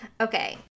Okay